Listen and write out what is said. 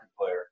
player